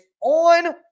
On